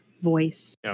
voice